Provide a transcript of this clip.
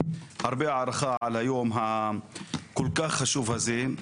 הרבה הערכה על היום הכה חשוב הזה.